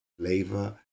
flavor